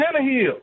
Tannehill